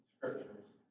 Scriptures